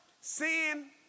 Sin